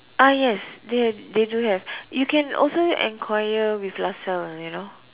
ah yes they they do have you can also enquire with Lasalle you know